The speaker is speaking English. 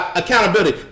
accountability